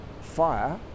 fire